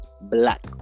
Black